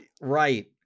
Right